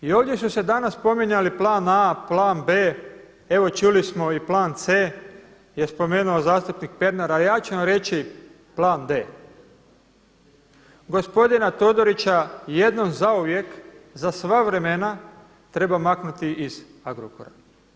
I ovdje su se danas spominjali plan A, plan B, evo čuli smo i plan C je spomenuo zastupnik Pernar, a ja ću vam reći plan D. Gospodina Todorića jednom zauvijek za sva vremena treba maknuti iz Agrokora.